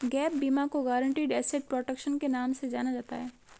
gap बीमा को guaranteed asset protection के नाम से जाना जाता है